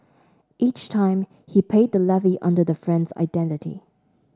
each time he paid the levy under the friend's identity